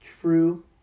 True